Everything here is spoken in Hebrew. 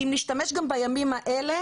אם נשתמש גם בימים האלה,